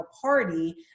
party